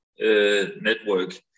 Network